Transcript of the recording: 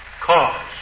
cause